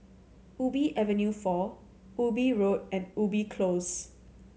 Ubi Avenue Four Ubi Road and Ubi Close